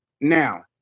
Now